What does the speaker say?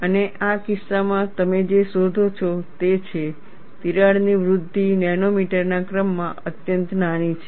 અને આ કિસ્સામાં તમે જે શોધો છો તે છે તિરાડની વૃદ્ધિ નેનોમીટરના ક્રમમાં અત્યંત નાની છે